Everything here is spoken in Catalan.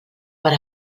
per